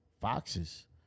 foxes